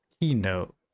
keynote